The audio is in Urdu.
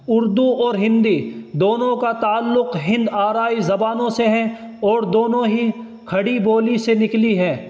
اردو اور ہندی دونوں کا تعلق ہند آرائی زبانوں سے ہے اور دونوں ہی کھڑی بولی سے نکلی ہے